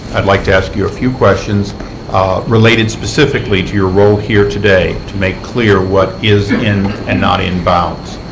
i would like to ask you a few questions related specifically to your role here today to make clear what is in and not in bounds.